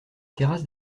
terrasses